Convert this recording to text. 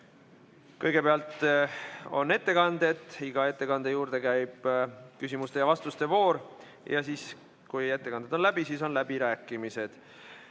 kõigepealt on ettekanded, iga ettekande juurde käib küsimuste ja vastuste voor. Kui ettekanded on läbi, siis on läbirääkimised.